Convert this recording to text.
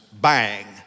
bang